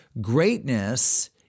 greatness